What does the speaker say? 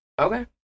Okay